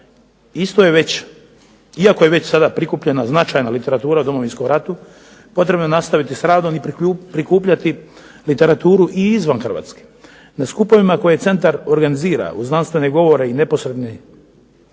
problematici. Iako je već sada prikupljena značajna literatura o Domovinskom ratu potrebno je nastaviti s radom i prikupljati literaturu i izvan Hrvatske. Na skupovima koje centar organizira uz znanstvene govore i neposredni